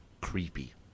creepy